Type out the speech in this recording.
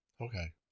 Okay